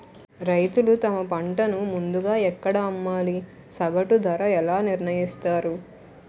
రైతులు తమ పంటను ముందుగా ఎక్కడ అమ్మాలి? సగటు ధర ఎలా నిర్ణయిస్తారు?